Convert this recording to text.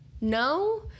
no